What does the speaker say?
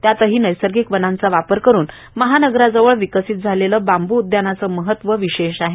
त्यातही नैसर्गिक वनांचा वापर करून महानगराजवळ विकसित झालेले बांब् उद्यानाचे महत्व अनन्यसाधारण आहे